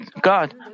God